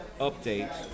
update